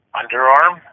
underarm